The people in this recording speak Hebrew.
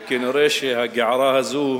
וכנראה הגערה הזו